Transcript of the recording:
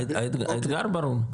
האתגר ברור,